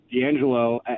D'Angelo